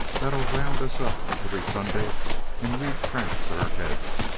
that'll round us up every sunday and read tracts at our heads,